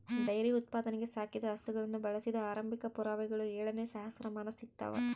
dairy ಉತ್ಪಾದನೆಗೆ ಸಾಕಿದ ಹಸುಗಳನ್ನು ಬಳಸಿದ ಆರಂಭಿಕ ಪುರಾವೆಗಳು ಏಳನೇ ಸಹಸ್ರಮಾನ ಸಿಗ್ತವ